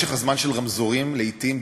משך הזמן של רמזורים לעתים,